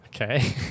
Okay